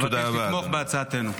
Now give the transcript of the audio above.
אבקש לתמוך בהצעתנו.